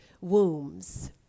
wombs